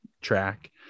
track